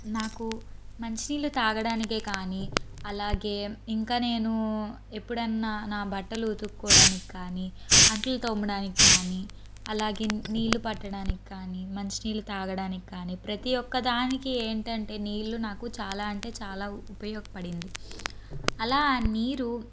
నాకు మంచి నీళ్ళు తాగడానికే కాని అలాగే ఇంకా నేను ఎప్పుడైనా నా బట్టలు ఉతుక్కోవడానికి కానీ అంట్లు తోమడానికి కానీ అలాగే నీళ్ళు పట్టడానికి కానీ మంచి నీళ్ళు త్రాగడానికి కానీ ప్రతీ ఒక్క దానికి ఏంటంటే నీళ్ళు నాకు చాలా అంటే చాలా ఉపయోగపడింది అలా నీరు